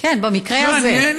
כן, במקרה הזה.